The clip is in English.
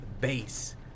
base